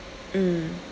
mm